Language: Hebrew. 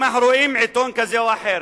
אם אנחנו רואים עיתון כזה או אחר,